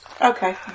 Okay